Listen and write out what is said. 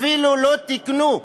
אפילו לא תיקנו,